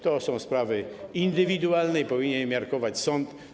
To są sprawy indywidualne i powinien to miarkować sąd.